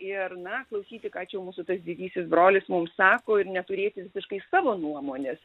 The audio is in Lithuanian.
ir na klausyti ką čia mūsų tas didysis brolis mums sako ir neturėti visiškai savo nuomonės